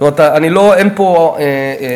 זאת אומרת, אין פה אפליה.